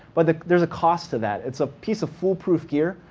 but there's a cost to that. it's a piece of foolproof gear,